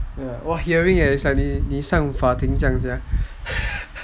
!wah! hearing leh it's like 你上法庭这样